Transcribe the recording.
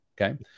okay